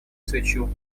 свечу